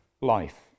life